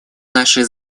наши